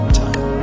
time